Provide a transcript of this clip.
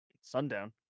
Sundown